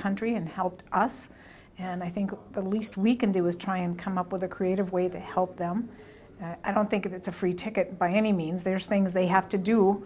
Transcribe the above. country and helped us and i think the least we can do is try and come up with a creative way to help them i don't think it's a free ticket by any means there's things they have to do